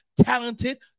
talented